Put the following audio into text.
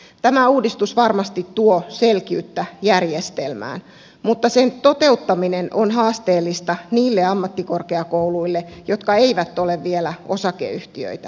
tä mä uudistus varmasti tuo selkeyttä järjestelmään mutta sen toteuttaminen on haasteellista niille ammattikorkeakouluille jotka eivät ole vielä osakeyhtiöitä